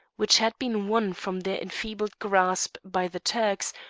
which had been won from their enfeebled grasp by the turks,